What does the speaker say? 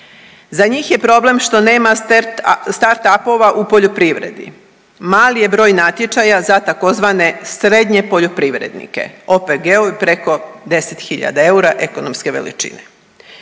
Za njih je problem što nema starupova u poljoprivredi, mali je broj natječaja za tzv. srednje poljoprivrednike OPG-ovi preko 10.000 eura ekonomske veličine.